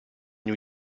new